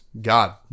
God